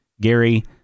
Gary